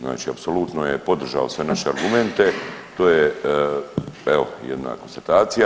Znači apsolutno je podržao sve naše argumente, to je evo, jedna konstatacija.